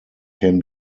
can